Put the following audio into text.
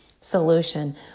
solution